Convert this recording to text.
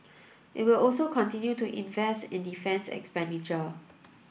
it will also continue to invest in defence expenditure